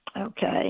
okay